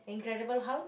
Incredible Hulk